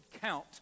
count